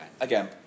Again